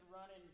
running